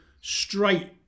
straight